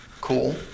cool